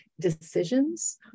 decisions